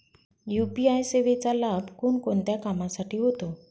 UPI सेवेचा लाभ कोणकोणत्या कामासाठी होतो?